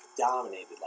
Dominated